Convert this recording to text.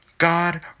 God